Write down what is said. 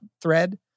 thread